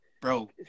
Bro